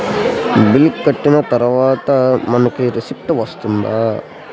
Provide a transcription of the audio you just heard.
Bill కట్టిన తర్వాత మనకి రిసీప్ట్ వస్తుందా?